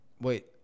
Wait